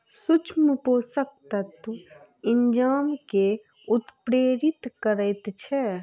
सूक्ष्म पोषक तत्व एंजाइम के उत्प्रेरित करैत छै